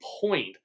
point